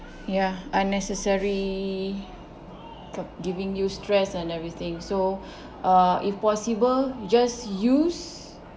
ya unnecessary g~ giving you stress and everything so uh if possible just use